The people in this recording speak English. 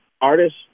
artist